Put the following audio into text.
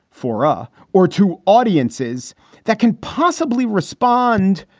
fora or to audiences that can possibly respond.